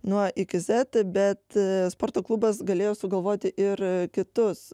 nuo iki zet bet sporto klubas galėjo sugalvoti ir kitus